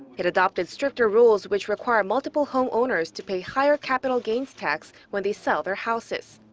it adopted stricter rules which require multiple-home owners to pay higher capital gains tax when they sell their houses.